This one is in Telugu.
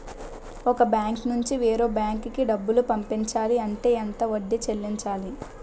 ఒక బ్యాంక్ నుంచి వేరే బ్యాంక్ కి డబ్బులు పంపించాలి అంటే ఎంత వడ్డీ చెల్లించాలి?